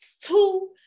two